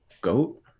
Goat